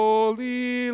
Holy